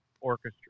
orchestra